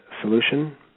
Solution